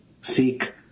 seek